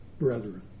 brethren